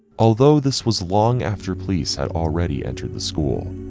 although, this was long after police had already entered the school.